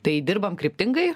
tai dirbam kryptingai